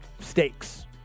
stakes